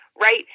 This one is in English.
right